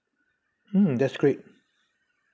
hmm that's great